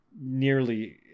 nearly